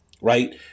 right